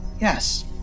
Yes